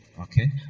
Okay